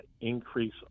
increase